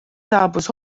saabus